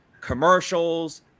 commercials